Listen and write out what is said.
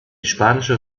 spanische